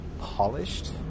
polished